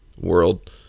world